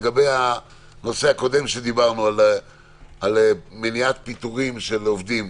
לגבי הנושא הקודם שדיברנו על מניעת פיטורין של עובדים.